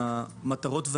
במטרות,